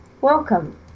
Welcome